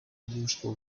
useful